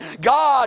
God